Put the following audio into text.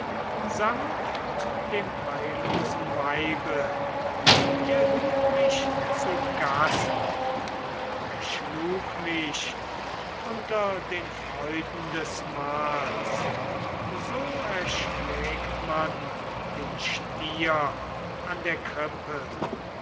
samt dem heillosen weibe er lud mich zu gast und erschlug mich unter den freuden des mahls so erschlägt man den stier an der krippe